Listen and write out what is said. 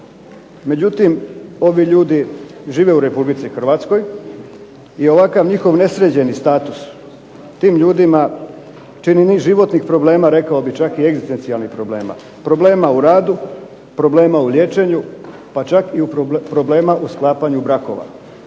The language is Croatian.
Međutim, ovi ljudi žive u Republici Hrvatskoj i ovakav njihov nesređeni status tim ljudima čini niz životnih problema, rekao bih čak i egzistencijalnih problema, problema u radu, problema u liječenju pa čak i problema u sklapanju brakova.